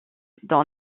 dans